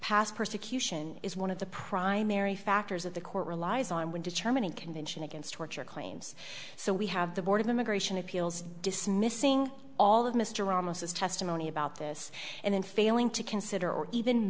past persecution is one of the primary factors of the court relies on when determining convention against torture claims so we have the board of immigration appeals dismissing all of mr ramos as testimony about this and in failing to consider or even